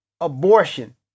abortion